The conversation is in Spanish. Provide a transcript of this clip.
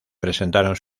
presentaron